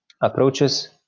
approaches